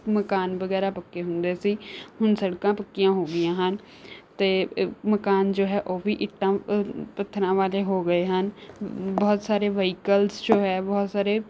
ਮਕਾਨ ਵਗੈਰਾ ਪੱਕੇ ਹੁੰਦੇ ਸੀ ਹੁਣ ਸੜਕਾਂ ਪੱਕੀਆਂ ਹੋ ਗਈਆਂ ਹਨ ਅਤੇ ਮਕਾਨ ਜੋ ਹੈ ਉਹ ਵੀ ਇੱਟਾਂ ਪੱਥਰਾਂ ਵਾਲੇ ਹੋ ਗਏ ਹਨ ਬਹੁਤ ਸਾਰੇ ਵਹੀਕਲਸ ਜੋ ਹੈ ਬਹੁਤ ਸਾਰੇ